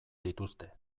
dituzte